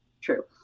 true